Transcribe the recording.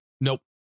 Nope